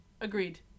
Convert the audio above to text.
Agreed